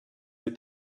mit